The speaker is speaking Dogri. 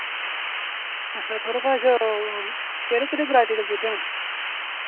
अच्छा थुआढ़े कश ओह् केह्ड़ी केह्ड़ी वराइटी दे बूह्टे न